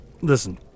listen